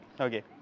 Okay